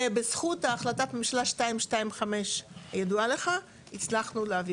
ובזכות החלטת הממשלה 225, ידועה לך, הצלחנו להביא.